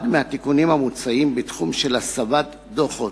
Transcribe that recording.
אחד מהתיקונים המוצעים הוא בתחום של הסבת דוחות.